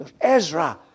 Ezra